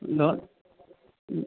loan ಹ್ಞೂ